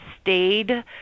stayed